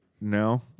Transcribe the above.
No